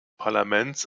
parlaments